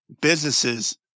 businesses